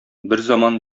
берзаман